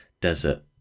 desert